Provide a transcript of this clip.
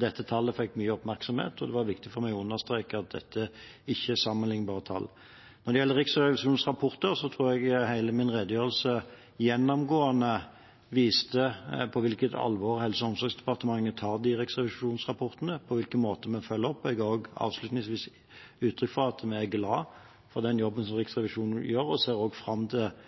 Disse tallene fikk mye oppmerksomhet, og det var viktig for meg å understreke at dette ikke er sammenlignbare tall. Når det gjelder Riksrevisjonens rapporter, tror jeg hele min redegjørelse – gjennomgående – viste på hvilket alvor Helse- og omsorgsdepartementet tar riksrevisjonsrapportene, og på hvilke måter vi følger dem opp. Avslutningsvis ga jeg også uttrykk for at vi er glade for den jobben Riksrevisjonen gjør, og at vi ser fram til